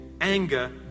anger